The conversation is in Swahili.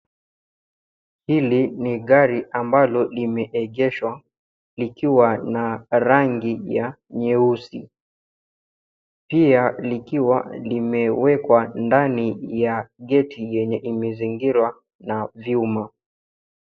Hili ni gari ambalo limeegeshwa likiwa na rangi ya nyeusi pia likiwa limewekwa ndani ya [cs ] geti[cs ] yenye imezingirwa na vyuma.